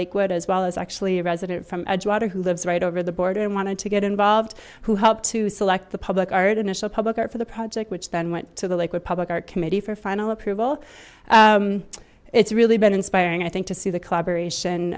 lakewood as well as actually a resident from edgewater who lives right over the border and wanted to get involved who helped to select the public art initial public art for the project which then went to the lakewood public art committee for final approval it's really been inspiring i think to see the collaboration